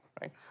right